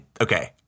okay